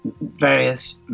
various